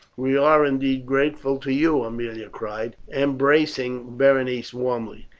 we are, indeed, grateful to you, aemilia cried, embracing berenice warmly.